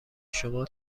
شما